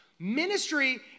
Ministry